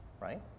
right